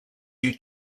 due